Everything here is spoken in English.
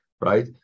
right